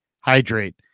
hydrate